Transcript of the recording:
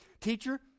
Teacher